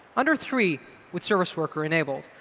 under three with service worker enabled.